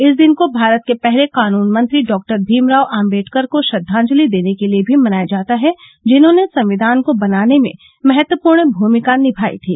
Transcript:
इस दिन को भारत के पहले कानून मंत्री डॉक्टर भीमराव आम्बेडकर को श्रद्वांजलि देने के लिए भी मनाया जाता है जिन्होंने संविधान को बनाने में महत्वपूर्ण भूमिका निभाई थी